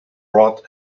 rod